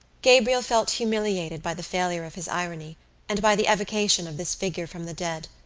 gabriel felt humiliated by the failure of his irony and by the evocation of this figure from the dead,